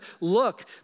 Look